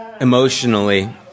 emotionally